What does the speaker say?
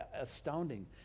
astounding